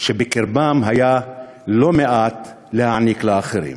שבקרבם היה לא מעט להעניק לאחרים.